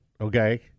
okay